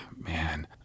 man